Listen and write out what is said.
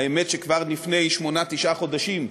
האמת שכבר לפני שמונה-תשעה חודשים,